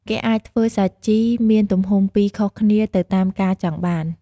គេអាចធ្វើសាជីមានទំហំពីរខុសគ្នាទៅតាមការចង់បាន។